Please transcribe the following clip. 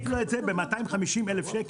להעניק לו את זה ב-250,000 שקל,